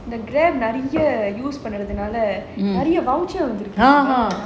நிறைய:niraiya use பண்றது நால நிறைய வந்து இருக்கு:pandrathu naala niraiya vanthu iruku